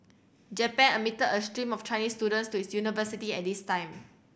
japan admitted a stream of Chinese students to its universities at this time